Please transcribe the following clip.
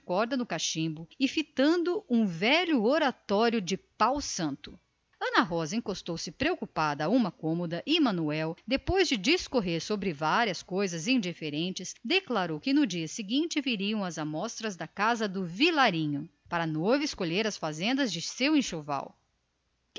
no cachimbo e fitando um velho oratório de pau santo ana rosa intrigada com a situação encostou-se a uma cômoda e o pai depois de discorrer sobre várias coisas indiferentes disse que no dia seguinte viriam as amostras da casa do vilarinho para a noiva escolher as fazendas do seu enxoval